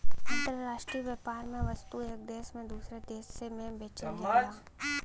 अंतराष्ट्रीय व्यापार में वस्तु एक देश से दूसरे देश में बेचल जाला